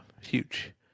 huge